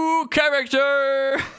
character